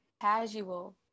casual